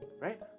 right